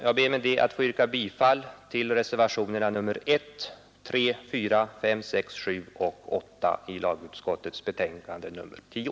Jag ber att få yrka bifall till reservationerna 1, 3, 4, 5 6, 7 och 8 i lagutskottets betänkande nr 10.